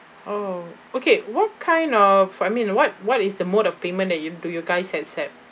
oh okay what kind of I mean what what is the mode of payment that you do your guys had set